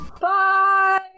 bye